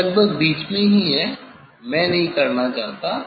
यह लगभग बीच में है मैं नहीं करना चाहता